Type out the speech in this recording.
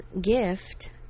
gift